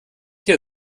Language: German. hier